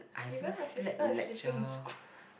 even my sister is sleeping in school